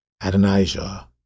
Adonijah